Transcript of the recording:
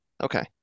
Okay